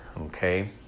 Okay